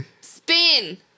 spin